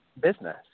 business